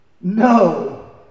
No